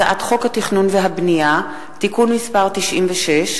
הצעת חוק התכנון והבנייה (תיקון מס' 96),